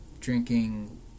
drinking